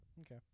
okay